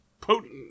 potent